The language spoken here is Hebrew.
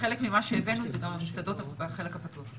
חלק ממה שבאנו זה גם המסעדות בחלק הפתוח.